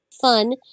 fun